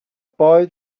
boy